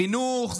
חינוך,